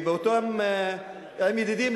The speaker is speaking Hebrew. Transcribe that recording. עם ידידים,